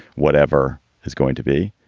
whatever is going to be.